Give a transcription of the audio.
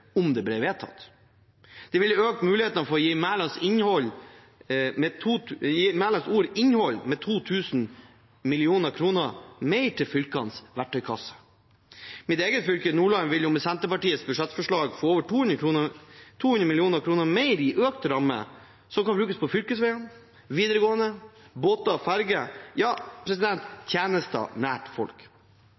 om det ble vedtatt. Det ville økt mulighetene for å gi Mælands ord innhold, med 2 000 mill. kr mer til fylkenes verktøykasse. Mitt eget fylke, Nordland, ville med Senterpartiets budsjettforslag fått over 200 mill. kr mer i økt ramme, som kan brukes på fylkesveiene, videregående, båter og ferjer – ja, tjenester nær folk.